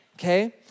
okay